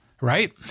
right